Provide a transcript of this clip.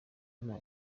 nta